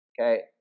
okay